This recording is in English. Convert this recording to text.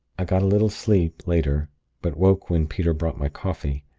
i got a little sleep, later but woke when peter brought my coffee.